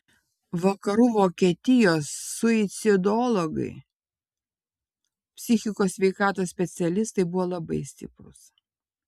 vakarų vokietijos suicidologai psichikos sveikatos specialistai buvo labai stiprūs